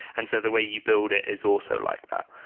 and so the way you build it is also like that.